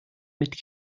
mit